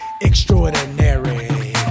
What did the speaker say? extraordinary